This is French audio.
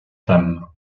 femmes